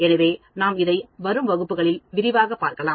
எனவே நாம் இதை வரும் வகுப்புகளில் விரிவாக பார்க்கலாம்